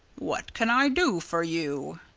what can i do for you?